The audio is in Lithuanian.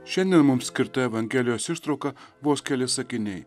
šiandien mums skirta evangelijos ištrauka vos keli sakiniai